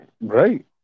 right